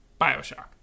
bioshock